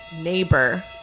Neighbor